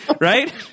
right